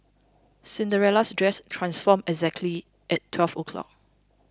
Cinderella's dress transformed exactly at twelve o'clock